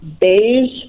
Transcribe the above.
beige